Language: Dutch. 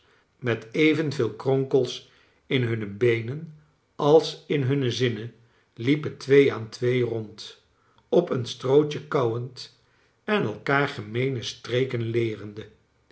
met evenveel kronkels in hunne besnen als in hunne zinnen liepen twee aan twee rond op een strootje kauwend en elkaar gemeene streken leerende